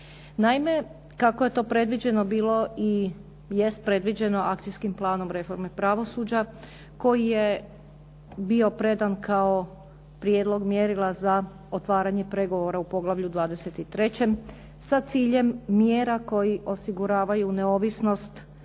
Naime, kako je to predviđeno bilo i jest predviđeno akcijskim planom reforme pravosuđa koji je bio predan kao prijedlog mjerila za otvaranje pregovora u poglavlju 23. sa ciljem mjera koji osiguravaju neovisnost